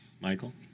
Michael